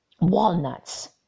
walnuts